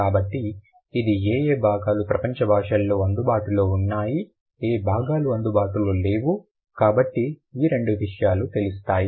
కాబట్టి ఇది ఏయే భాగాలు ప్రపంచ భాషల్లో అందుబాటులో ఉన్నాయి ఏ భాగాలు అందుబాటులో లేవు కాబట్టి ఈ రెండు విషయాలు తెలుస్తాయి